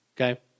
Okay